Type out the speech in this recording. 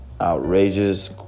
outrageous